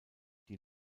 die